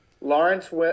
Lawrence